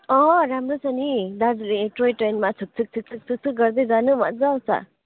अँ राम्रो छ नि दार्जिलिङ ए टोयट्रेनमा छुक्छुक छुक्छुक गर्दै जानु मज्जा आउँछ